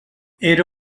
era